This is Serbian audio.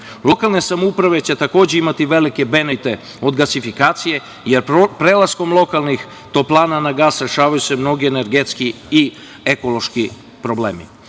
Lokalne samouprave će takođe imati velike benefite od gasifikacije, jer prelaskom lokalnih toplana na gas rešavaju se mnogi energetski i ekološki problemi. Grad